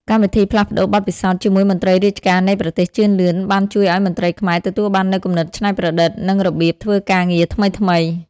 កម្មវិធីផ្លាស់ប្តូរបទពិសោធន៍ជាមួយមន្ត្រីរាជការនៃប្រទេសជឿនលឿន បានជួយឱ្យមន្ត្រីខ្មែរទទួលបាននូវគំនិតច្នៃប្រឌិត និងរបៀបធ្វើការងារថ្មីៗ។